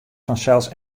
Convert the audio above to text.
fansels